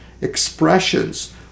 expressions